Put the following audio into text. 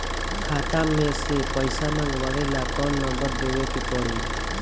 खाता मे से पईसा मँगवावे ला कौन नंबर देवे के पड़ी?